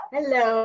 Hello